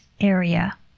area